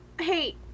hey